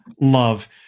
love